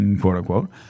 quote-unquote